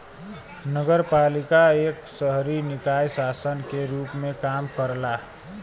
नगरपालिका एक शहरी निकाय शासन के रूप में काम करला